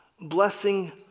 Blessing